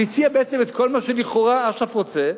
והציע את כל מה שלכאורה אש"ף רוצה,